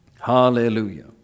Hallelujah